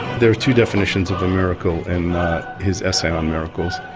there are two definitions of the miracle in his essay on miracles,